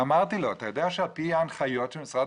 אמרתי לו: אתה יודע שעל פי ההנחיות של משרד